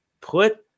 put